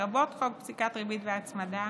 לרבות חוק פסיקת ריבית והצמדה,